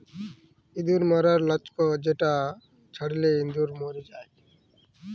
ইঁদুর ম্যরর লাচ্ক যেটা ছড়ালে ইঁদুর ম্যর যায়